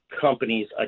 companies